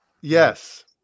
Yes